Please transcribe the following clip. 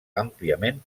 àmpliament